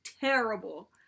terrible